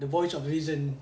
the voice of reason